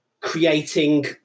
creating